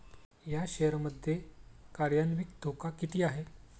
या शेअर मध्ये कार्यान्वित धोका किती आहे?